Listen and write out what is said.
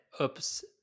oops